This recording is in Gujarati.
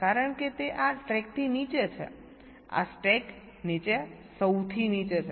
કારણ કે તે આ ટ્રેકથી નીચે છે આ સ્ટેક નીચે સૌથી નીચે છે